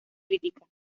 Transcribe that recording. crítica